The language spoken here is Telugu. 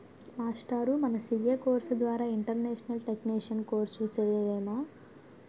మాస్టారూ మన సీఏ కోర్సు ద్వారా ఇంటర్నేషనల్ టేక్సేషన్ కోర్సు సేయలేమా